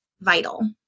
vital